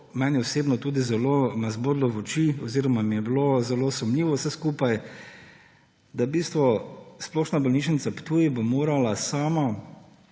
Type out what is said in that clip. mene osebno tudi zelo zbodlo v oči oziroma mi je bilo zelo sumljivo vse skupaj, da bo Splošna bolnišnica Ptuj morala sama